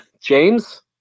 James